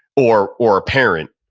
or or a parent,